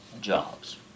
jobs